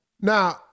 Now